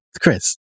Chris